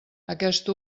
aquest